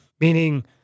meaning